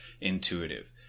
intuitive